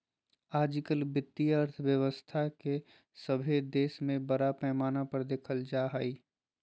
आजकल वित्तीय अर्थशास्त्र के सभे देश में बड़ा पैमाना पर देखल जा हइ